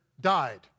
died